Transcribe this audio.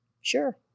Sure